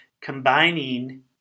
combining